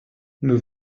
nous